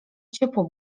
ciepło